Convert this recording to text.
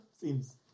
seems